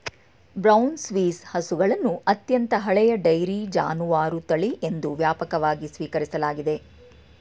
brown Swiss ಹಸುಗಳನ್ನು ಅತ್ಯಂತ ಹಳೆಯ ಡೈರಿ ಜಾನುವಾರು ತಳಿ ಎಂದು ವ್ಯಾಪಕವಾಗಿ ಸ್ವೀಕರಿಸಲಾಗಿದೆ